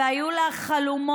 והיו לה חלומות